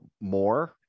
more